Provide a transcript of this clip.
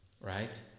right